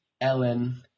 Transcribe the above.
Ellen